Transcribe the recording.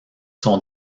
sont